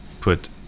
put